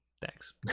Thanks